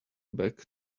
back